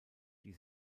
die